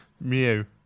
Mew